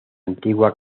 antigua